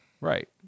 Right